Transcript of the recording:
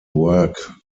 work